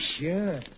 sure